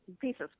pieces